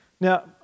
Now